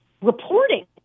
reporting